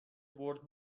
برد